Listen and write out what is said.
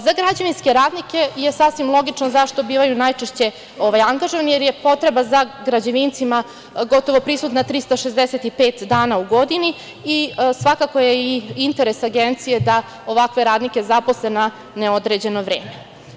Za građevinske radnike je sasvim logično zašto bivaju najčešće angažovani, jer je potreba za građevincima gotovo prisutna 365 dana u godini i svakako je i interes agencije da ovakve radnike zaposle na neodređeno vreme.